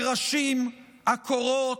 הקרשים, הקורות,